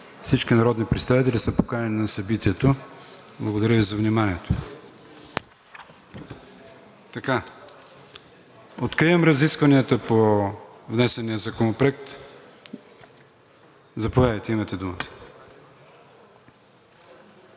Всички народни представители са поканени на събитието. Благодаря Ви за вниманието. Откривам разискванията по внесения законопроект. Заповядайте – имате думата.